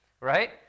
right